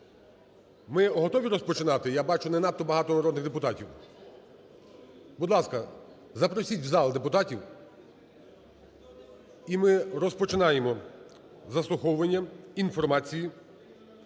Ми готові розпочинати? Я бачу, не надто багато народних депутатів. Будь ласка, запросіть в зал депутатів. І ми розпочинаємо заслуховування інформації,